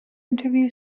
interview